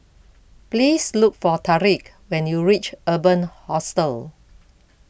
please look for Tariq when you reach Urban Hostel